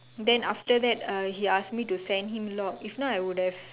then after that uh he ask me to send him log if not I would have